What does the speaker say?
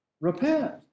Repent